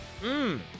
Mmm